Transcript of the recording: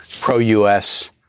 pro-U.S